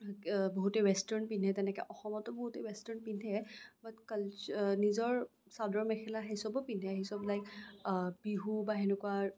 বহুতে ৱেষ্টাৰ্ণ পিন্ধে তেনেকে অসমতো বহুতে ৱেষ্টাৰ্ণ পিন্ধে বাট কালচা নিজৰ চাদৰ মেখেলা সেইচবো পিন্ধে সেইচব লাইক বিহু বা সেনেকুৱা